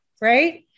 right